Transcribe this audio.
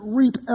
reap